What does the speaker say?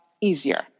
easier